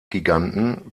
giganten